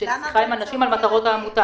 כדי שכבר מגיל צעיר יפעל למען הדת שלהם.